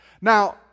Now